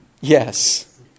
yes